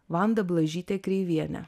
vanda blažyte kreiviene